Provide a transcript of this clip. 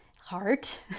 Heart